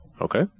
Okay